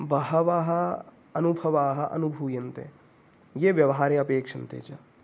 बहवः अनुभवाः अनुभूयन्ते ये व्यवहारे अपेक्षन्ते च